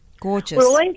Gorgeous